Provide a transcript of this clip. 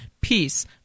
peace